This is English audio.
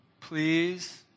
please